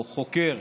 או חוקר,